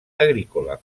agrícola